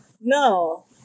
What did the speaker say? No